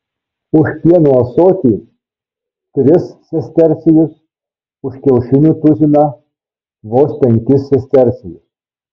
už pieno ąsotį tris sestercijus už kiaušinių tuziną vos penkis sestercijus